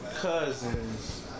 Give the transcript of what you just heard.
cousin's